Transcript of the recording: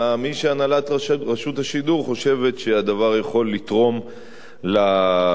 אלא מי שהנהלת רשות השידור חושבת שהוא יכול לתרום לשידור,